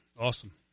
Awesome